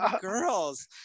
girls